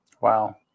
Wow